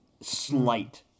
slight